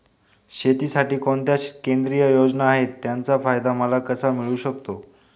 शेतीसाठी कोणत्या केंद्रिय योजना आहेत, त्याचा फायदा मला कसा मिळू शकतो?